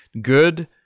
good